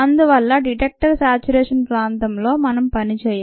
అందువల్ల detector saturation ప్రాంతంలో మనం పనిచేయం